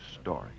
story